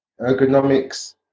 ergonomics